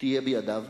תהיה בידיו,